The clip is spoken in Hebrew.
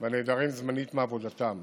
והנעדרים זמנית מעבודתם